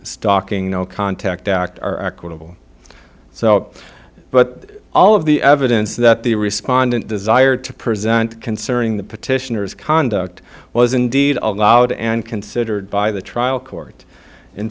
stalking no contact act are accountable so but all of the evidence that the respondent desired to present concerning the petitioners conduct was indeed allowed and considered by the trial court in